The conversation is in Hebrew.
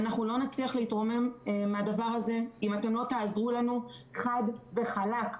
לא נצליח להתרומם מהדבר הזה אם לא תעזרו לנו חד וחלק.